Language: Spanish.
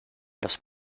los